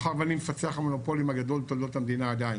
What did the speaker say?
מאחר ואני מפצח המונופולים הגדול בתולדות המדינה עדיין,